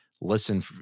listen